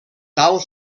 tal